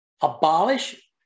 abolish